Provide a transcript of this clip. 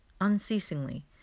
unceasingly